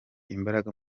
imbaraga